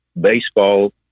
baseball